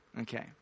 Okay